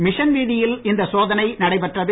mission வீதியில் இந்த சோதனை நடைபெற்றது